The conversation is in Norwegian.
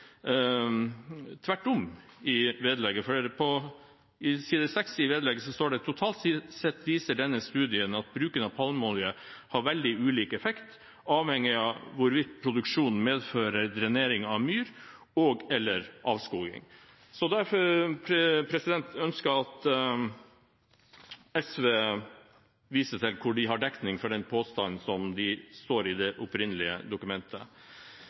tvert om, for på side seks i vedlegget står det: «Totalt sett viser denne studien at bruk av palmeolje har veldig ulik effekt avhengig av hvorvidt produksjonen medfører drenering av myr og/eller avskoging.» Derfor ønsker jeg at SV viser til hvor de har dekning for den påstanden som står i det opprinnelige dokumentet.